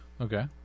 Okay